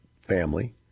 family